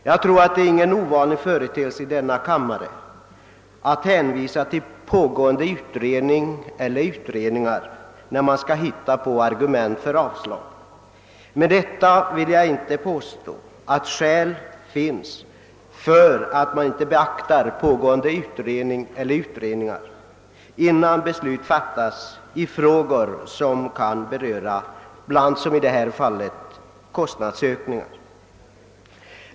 Det är ju ingen ovanlig företeelse i denna kammare att man hänvisar till pågående utredningar, när man söker argument för avslag. Därmed vill jag inte påstå att det inte kan vara befogat att avvakta pågående utredning eller utredningar innan beslut fattas i frågor som rör kostnadsökningar.